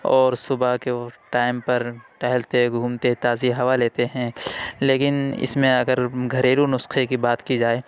اور صُبح کے ٹائم پر ٹہلتے گھومتے تازی ہَوا لیتے ہیں لیکن اِس میں اگر گھریلو نسخے کی بات کی جائے